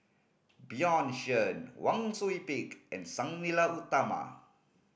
Bjorn Shen Wang Sui Pick and Sang Nila Utama